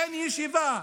אין ישיבה,